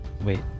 Wait